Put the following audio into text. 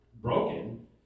broken